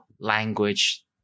language